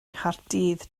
nghaerdydd